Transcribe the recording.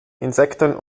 insekten